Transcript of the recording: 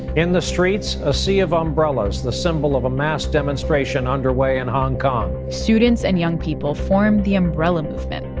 in the streets, a sea of umbrellas the symbol of a mass demonstration underway in hong kong students and young people formed the umbrella movement,